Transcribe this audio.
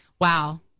Wow